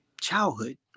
childhood